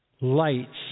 lights